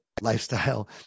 Lifestyle